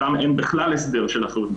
שם אין בכלל הסדר של אחריות מופחתת.